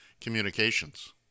Communications